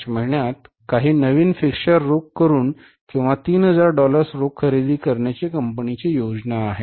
मार्च महिन्यात काही नवीन फिक्स्चर रोख करून किंवा 3000 डॉलर्स रोख खरेदी करण्याची कंपनीची योजना आहे